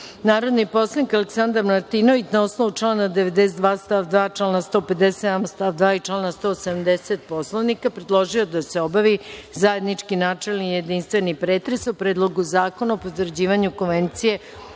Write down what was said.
poslanik Aleksandar Martinović na osnovu člana 92. stav 2, člana 157. stav 2. i člana 170. Poslovnika, predložio je da se obavi zajednički načelni i jedinstveni pretres: o Predlogu zakona o potvrđivanju Konvencije